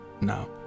now